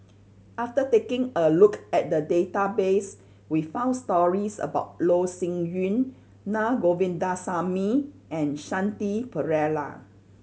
after taking a look at the database we found stories about Loh Sin Yun Na Govindasamy and Shanti Pereira